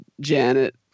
Janet